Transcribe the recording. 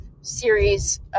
series